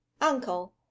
uncle